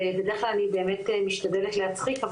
ובדרך כלל אני באמת משתדלת להצחיק,